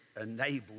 enabled